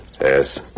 Yes